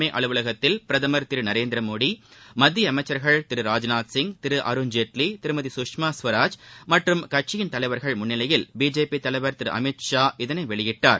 புதுதில்லியில் பிஜேபி தலைமை அலுவலகத்தில் பிரதமர் திரு நரேந்திரமோடி மத்திய அம்ச்சாகள் திரு ராஜ்நாத் சிங் திரு அருண்ஜேட்வி திருமதி குஷ்மா ஸ்வராஜ் மற்றம் கட்சியின் தலைவர்கள் முன்னிலையில் பிஜேபி தலைவர் திரு அமித் ஷா இதனை வெளியிட்டார்